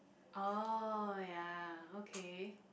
oh ya okay